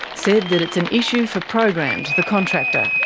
said that it's an issue for programmed, the contractor.